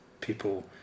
people